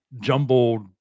jumbled